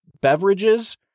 beverages